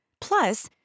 Plus